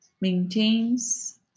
maintains